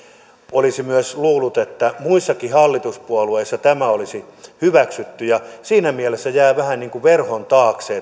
olisi myös luullut että muissakin hallituspuolueissa tämä olisi hyväksytty siinä mielessä jää vähän niin kuin verhon taakse